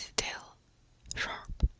still sharp